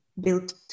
built